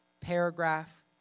paragraph